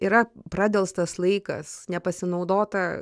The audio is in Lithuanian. yra pradelstas laikas nepasinaudota